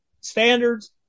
standards